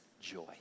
joy